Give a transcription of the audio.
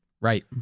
Right